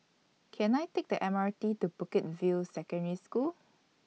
Can I Take The M R T to Bukit View Secondary School